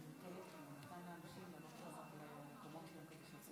אנחנו מצביעים שוב על הצעת